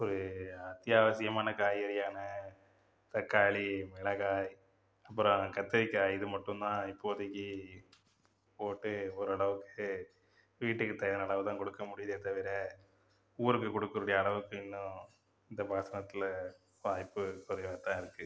ஒரு அத்தியாவசியமான காய்கறியான தக்காளி மிளகாய் அப்புறம் கத்திரிக்காய் இது மட்டும் தான் இப்போதைக்கு போட்டு ஓரளவுக்கு வீட்டுக்கு தேவையான அளவுதான் கொடுக்க முடியுதே தவிர ஊருக்கு கொடுக்க கூடிய அளவுக்கு இன்னும் இந்த பாசனத்தில் வாய்ப்பு குறைவாக தான் இருக்கு